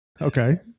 Okay